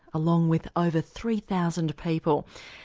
along with over three thousand people.